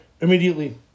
immediately